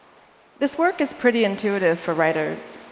this work is pretty intuitive for writers.